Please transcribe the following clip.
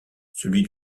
celui